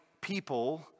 people